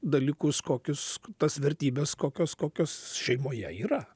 dalykus kokius tas vertybes kokios kokios šeimoje yra